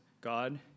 God